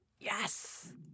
Yes